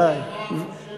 על זה אמר משה